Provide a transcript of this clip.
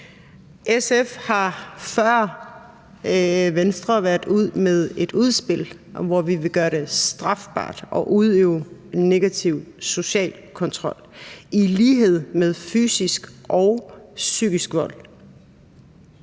SF har før Venstre været ude med et udspil om, at vi vil gøre det strafbart at udøve negativ social kontrol i lighed med fysisk og psykisk vold.